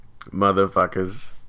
Motherfuckers